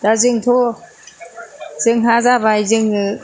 दा जोंथ' जोंहा जाबाय जोङो